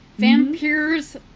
Vampires